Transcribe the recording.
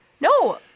No